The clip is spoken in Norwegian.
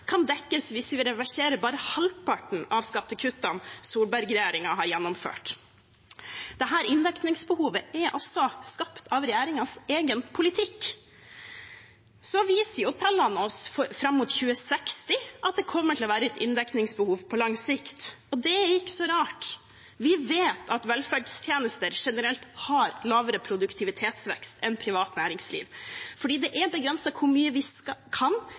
kan dekkes hvis vi reverserer bare halvparten av skattekuttene Solberg-regjeringen har gjennomført. Dette inndekningsbehovet er skapt av regjeringens egen politikk. Så viser tallene oss fram mot 2060 at det kommer til å være et inndekningsbehov på lang sikt, og det er ikke så rart. Vi vet at velferdstjenester generelt har lavere produktivitetsvekst enn privat næringsliv, fordi det er begrenset hvor mye vi kan